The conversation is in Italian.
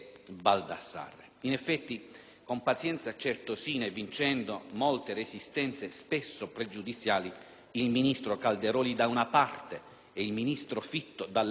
con pazienza certosina e vincendo molte resistenze, spesso pregiudiziali, il ministro Calderoli, da una parte, e il ministro Fitto, dall'altra (quest'ultimo soprattutto